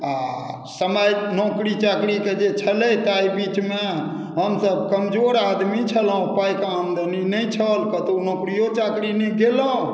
आ समय नौकरी चाकरीके जे छलै ताहि बीचमे हमसभ कमजोर आदमी छलहुँ पाइके आमदनी नहि छल कतहु नौकरिओ चाकरी नहि केलहुँ